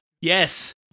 Yes